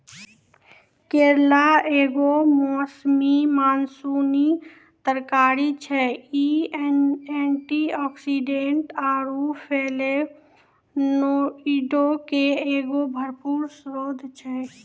करेला एगो मौसमी मानसूनी तरकारी छै, इ एंटीआक्सीडेंट आरु फ्लेवोनोइडो के एगो भरपूर स्त्रोत छै